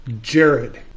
Jared